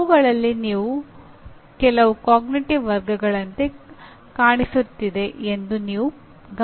ಅವುಗಳಲ್ಲಿ ಕೆಲವು ಅರಿವಿನ ವರ್ಗಗಳಂತೆ ಕಾಣಿಸುತ್ತಿದೆ ಎಂದು ನೀವು ಗಮನಿಸಬಹುದು